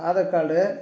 Aadhaar card